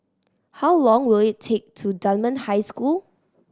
how long will it take to Dunman High School